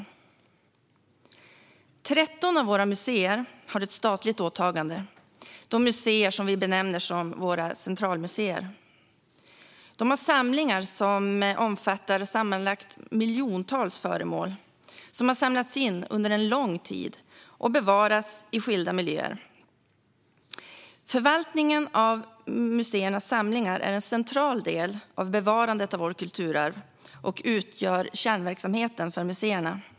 Det är 13 av våra museer som har ett statligt åtagande. Dessa museer benämns centralmuseer. Deras samlingar omfattar sammanlagt miljontals föremål som har samlats in över lång tid och bevaras i skilda miljöer. Förvaltningen av de här museernas samlingar är en central del i bevarandet av vårt kulturarv och utgör kärnverksamheten för dessa museer.